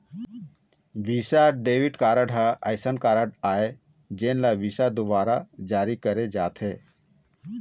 Visa debit card ह असइन card आय जेन ल विसा दुवारा जारी करे जाथे